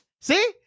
See